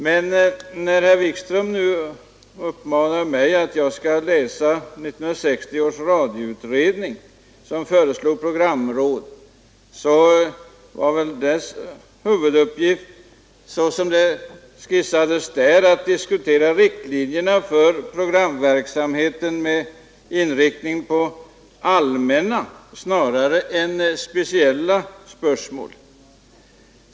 Men när herr Wikström nu uppmanar mig att läsa 1960 års I radioutredning, som föreslog programråd, vill jag säga att den utred I ningen skissade ett förslag vars huvuduppgift var så som den skisserades, I att programrådet skulle diskutera riktlinjerna för programverksamheten med inriktning på allmänna snarare än på speciella problem.